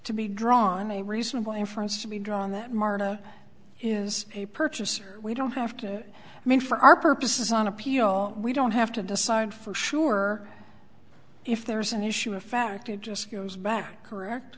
to be drawn a reasonable inference to be drawn that marta is a purchaser we don't have to i mean for our purposes on appeal we don't have to decide for sure if there's an issue of fact it just goes back correct